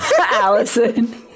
Allison